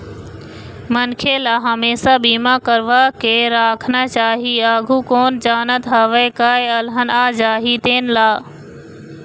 मनखे ल हमेसा बीमा करवा के राखना चाही, आघु कोन जानत हवय काय अलहन आ जाही तेन ला